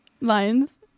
Lions